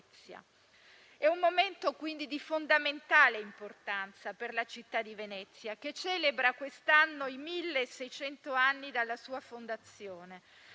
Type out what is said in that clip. È un momento quindi di fondamentale importanza per la città di Venezia - celebra quest'anno i milleseicento anni dalla sua fondazione